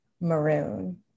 maroon